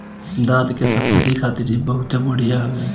दांत के सफेदी खातिर इ बहुते बढ़िया हवे